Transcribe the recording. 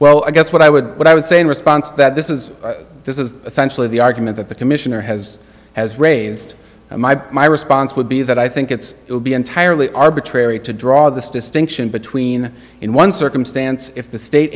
well i guess what i would what i would say in response that this is this is essentially the argument that the commissioner has has raised my my response would be that i think it's it would be entirely arbitrary to draw this distinction between in one circumstance if the state